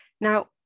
Now